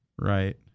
right